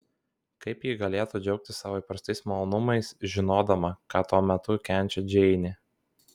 kaip ji galėtų džiaugtis savo įprastais malonumais žinodama ką tuo metu kenčia džeinė